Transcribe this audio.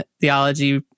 theology